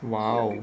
!whoa!